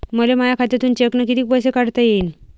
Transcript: मले माया खात्यातून चेकनं कितीक पैसे काढता येईन?